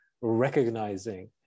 recognizing